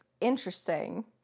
interesting